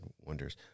Wonders